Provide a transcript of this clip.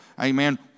Amen